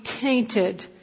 tainted